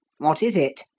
what is it?